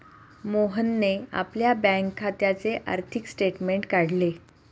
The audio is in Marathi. मोहनने आपल्या बँक खात्याचे आर्थिक स्टेटमेंट काढले